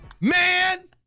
Man